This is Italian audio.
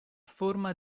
forma